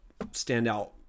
standout